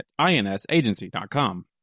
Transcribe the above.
insagency.com